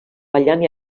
ballant